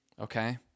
Okay